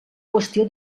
qüestió